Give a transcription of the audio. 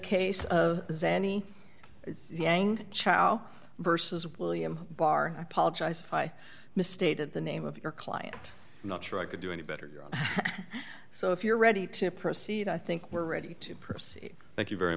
case of zanny yang chao versus william barr apologize if i misstated the name of your client not sure i could do any better so if you're ready to proceed i think we're ready to proceed thank you very